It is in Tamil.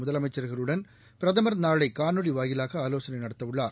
முதலமைச்சர்களுடன் பிரதமர் நாளை காணொலி வாயிலாக ஆலோசனை நடத்தவுள்ளார்